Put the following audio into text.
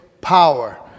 power